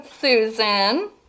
Susan